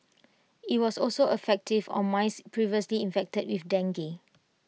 IT was also effective on mice previously infected with dengue